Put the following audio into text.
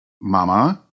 Mama